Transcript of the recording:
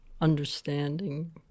understanding